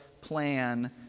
plan